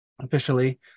officially